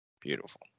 Beautiful